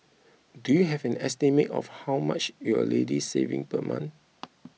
do you have an estimate of how much you're already saving per month